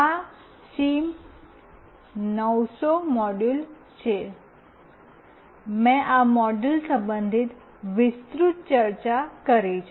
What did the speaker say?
આ સિમ900 મોડ્યુલ છે મેં આ મોડ્યુલ સંબંધિત વિસ્તૃત ચર્ચા કરી છે